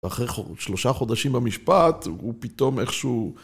ואחרי שלושה חודשים במשפט הוא פתאום איכשהו...